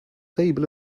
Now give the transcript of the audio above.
table